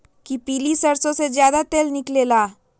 कि पीली सरसों से ज्यादा तेल निकले ला?